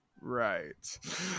right